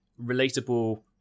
relatable